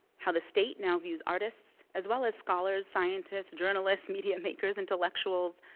how the state now views artists, as well as scholars, scientists, journalists, media makers, intellectuals,